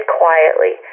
quietly